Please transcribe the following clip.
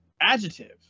adjective